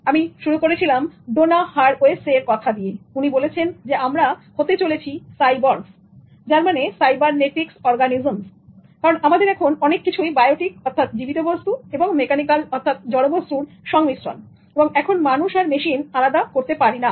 আমি শুরু করেছিলাম ডোনা হারাওয়েসেরDonna Haraway's কথা দিয়ে উনি বলেছেন যে আমরা হতে চলেছি "সাইবর্গস" "Cyborgs" যার মানে সাইবারনেটিক্স অর্গানিস্মস কারণ আমাদের এখন অনেক কিছুই বায়োটিক অর্থাৎ জীবিত বস্তু এবং মেকানিক্যাল অর্থাৎ জড়বস্তুর মিশ্রণ অর্থাৎ এখন মানুষ আর মেশিন আলাদা করতে পারবোনা